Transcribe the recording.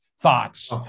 Thoughts